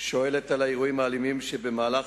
שואלת על האירועים האלימים שהיו במהלך